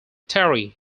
terry